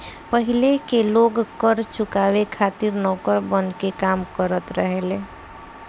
पाहिले के लोग कर चुकावे खातिर नौकर बनके काम करत रहले